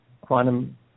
quantum